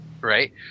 right